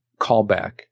callback